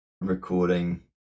recording